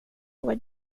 vår